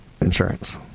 insurance